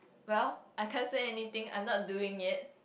well I can't say anything I'm not doing it